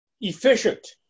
efficient